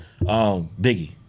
biggie